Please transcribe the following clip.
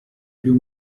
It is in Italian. più